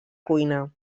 cuina